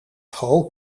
school